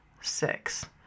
six